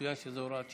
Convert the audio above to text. מצוין שזו הוראת שעה?